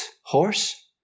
horse